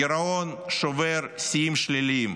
הגירעון שובר שיאים שליליים,